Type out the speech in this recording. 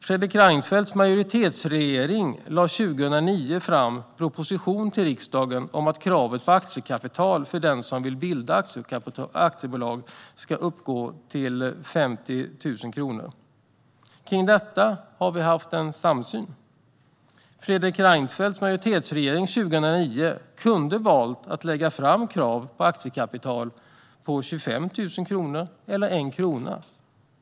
Fredrik Reinfeldts majoritetsregering lade 2009 fram en proposition till riksdagen om att kravet på aktiekapital för den som vill bilda ett aktiebolag ska uppgå till 50 000 kronor. Om detta har vi haft en samsyn. Fredrik Reinfeldts majoritetsregering kunde 2009 ha valt att lägga fram ett krav på aktiekapital på 25 000 kronor eller 1 krona.